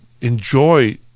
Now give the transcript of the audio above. enjoy